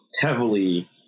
heavily